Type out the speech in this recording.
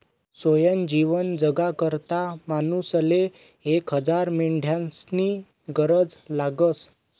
सोयनं जीवन जगाकरता मानूसले एक हजार मेंढ्यास्नी गरज लागस